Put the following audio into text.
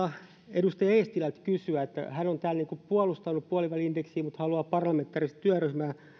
edustaja eestilältä kysyä miksi hän toisaalta on puolustanut puoliväli indeksiä mutta toisaalta haluaa parlamentaarista työryhmää